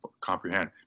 comprehend